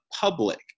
public